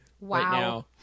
Wow